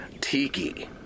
tiki